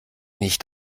nicht